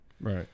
Right